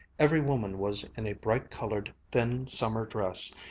every woman was in a bright-colored, thin summer dress,